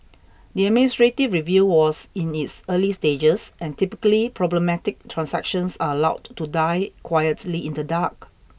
the administrative review was in its early stages and typically problematic transactions are allowed to die quietly in the dark